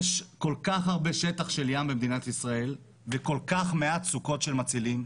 יש כל-כך הרבה שטח של ים במדינת ישראל וכל-כך מעט סוכות של מצילים,